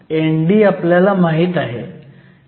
ND आपल्याला माहीत आहे